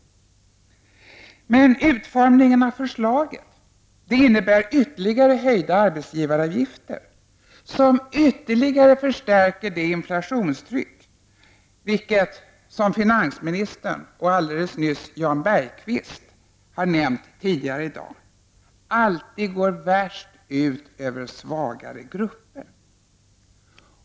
Men utformningen av förslaget innebär ytterligare höjda arbetsgivaravgifter som ytterligare förstärker det inflationstryck, vilket — som finansministern och alldeles nyss även Jan Bergqvist nämnde — alltid går värst ut över svagare grupper.